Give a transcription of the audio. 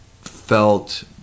felt